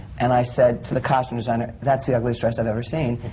and i said to the costume designer, that's the ugliest dress i've ever seen.